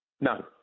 No